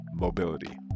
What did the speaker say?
mobility